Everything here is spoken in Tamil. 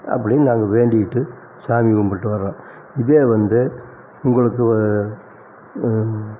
அப்படின்னு நாங்கள் வேண்டிக்கிட்டு சாமி கும்பிட்டு வரோம் இதே வந்து உங்களுக்கு